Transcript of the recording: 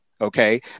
Okay